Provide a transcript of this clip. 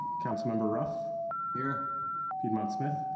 councilmember ruff here piedmont smith.